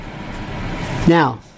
Now